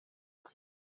iki